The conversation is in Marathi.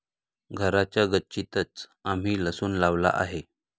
घराच्या गच्चीतंच आम्ही लसूण लावला आहे